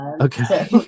Okay